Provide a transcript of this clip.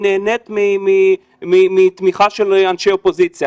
היא נהנית מתמיכה של אנשי אופוזיציה,